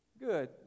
Good